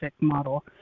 model